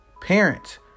Parents